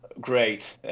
great